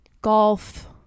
Golf